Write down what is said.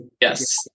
Yes